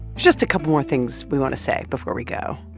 just a couple more things we want to say before we go.